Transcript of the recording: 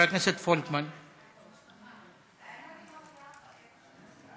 הצעות לסדר-היום מס' 2560,